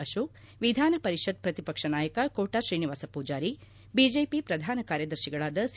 ಅಶೋಕ್ ವಿಧಾನ ಪರಿಷತ್ ಪ್ರತಿಪಕ್ಷ ನಾಯಕ ಕೋಟಾ ಶ್ರೀನಿವಾಸ ಮೂಜಾರಿ ಬಿಜೆಪಿ ಪ್ರಧಾನಕಾರ್ಯದರ್ಶಿಗಳಾದ ಸಿ